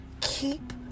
Keep